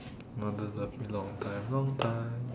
no the the long time wrong time